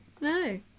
No